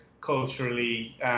culturally